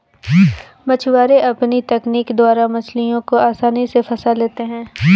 मछुआरे अपनी तकनीक द्वारा मछलियों को आसानी से फंसा लेते हैं